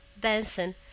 Benson